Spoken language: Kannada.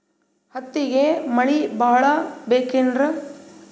ಹತ್ತಿಗೆ ಮಳಿ ಭಾಳ ಬೇಕೆನ್ರ?